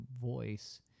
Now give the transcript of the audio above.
voice